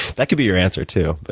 that could be your answer, too.